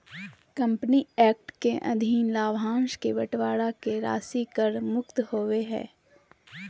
company act के अधीन लाभांश के बंटवारा के राशि कर मुक्त होबो हइ